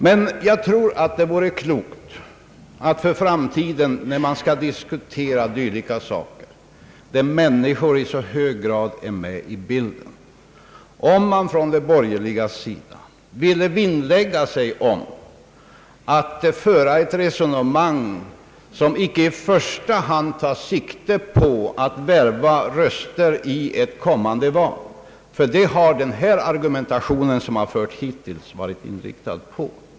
Men jag tror att det vore klokt om de borgerliga för framtiden, när man skall diskutera frågor där människor i så hög grad är med i bilden, ville vinnlägga sig om att föra ett resonemang som icke i första hand tar sikte på att värva röster i ett kommande val. Det har deras argumentation hittills i denna fråga varit inriktad på.